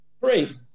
Three